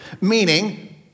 meaning